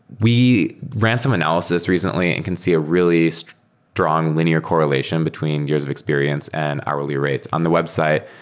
we ran some analysis recently and can see a really so drawn linear correlation between years of experience and hourly rates on the website,